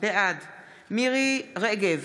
בעד מירי מרים רגב,